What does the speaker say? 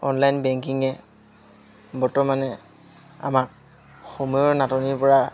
online বেংকিঙে বৰ্তমানে আমাক সময়ৰ নাটনিৰপৰা